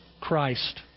Christ